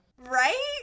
Right